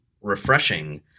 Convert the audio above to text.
refreshing